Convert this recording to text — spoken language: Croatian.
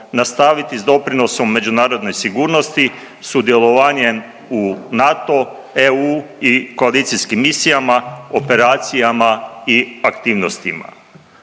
nastaviti s doprinosom međunarodnoj sigurnosti, sudjelovanjem u NATO, EU i koalicijskim misijama, operacijama i aktivnostima.